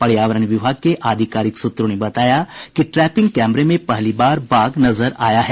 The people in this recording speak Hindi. पर्यावरण विभाग के आधिकारिक सूत्रों ने बताया कि ट्रैपिंग कैमरे में पहली बार बाघ नजर आया है